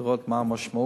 ולראות מה המשמעות,